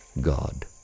God